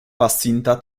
pasinta